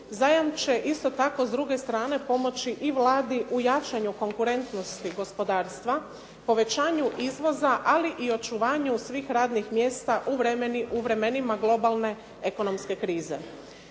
Zajam će isto tako s druge strane pomoći Vladi u jačanju konkurentnosti gospodarstva, povećanju izvoza ali očuvanju svih radnih mjesta u vremenima globalne ekonomske krize.